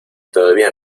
todavía